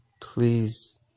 Please